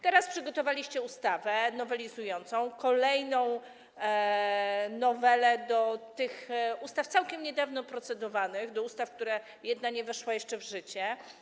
Teraz przygotowaliście ustawę nowelizującą, kolejną nowelę do ustaw całkiem niedawno procedowanych, do ustaw, z których jedna nie weszła jeszcze w życie.